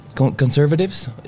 Conservatives